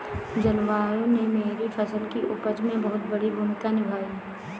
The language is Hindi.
जलवायु ने मेरी फसल की उपज में बहुत बड़ी भूमिका निभाई